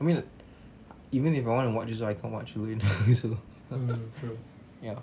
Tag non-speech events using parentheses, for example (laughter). I mean even if I want to watch also I can't watch (laughs) ya